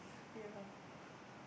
ya